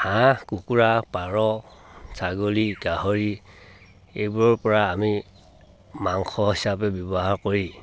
হাঁহ কুকুৰা পাৰ ছাগলী গাহৰি এইবোৰৰ পৰা আমি মাংস হিচাপে ব্যৱহাৰ কৰি